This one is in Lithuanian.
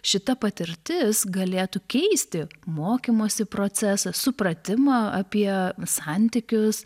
šita patirtis galėtų keisti mokymosi procesą supratimą apie santykius